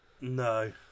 no